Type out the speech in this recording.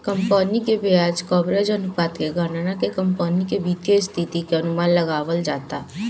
company के ब्याज coverage अनुपात के गणना के कंपनी के वित्तीय स्थिति के अनुमान लगावल जाता